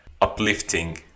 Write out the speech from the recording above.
uplifting